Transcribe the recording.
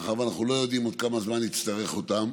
מאחר שאנחנו לא יודעים עוד כמה זמן נצטרך אותן,